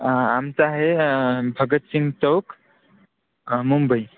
आमचं आहे भगतसिंग चौक मुंबई